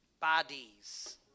bodies